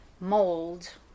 mold